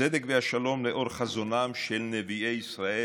הצדק והשלום לאור חזונם של נביאי ישראל,